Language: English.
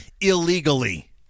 Illegally